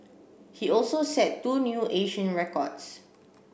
he also set two new Asian records